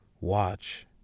watch